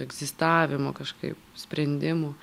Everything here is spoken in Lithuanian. egzistavimo kažkaip sprendimų